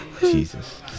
Jesus